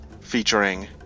featuring